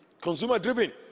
Consumer-driven